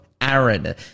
Aaron